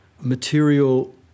material